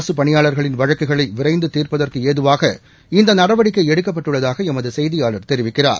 அரசு பணியாளர்களின் வழக்குகளை விரைந்து தீர்ப்பதற்கு ஏதுவாக இந்த நடவடிக்கை எடுக்கப்பட்டுள்ளதாக எமது செய்தியாளர் தெரிவிக்கிறார்